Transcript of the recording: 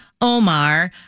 Omar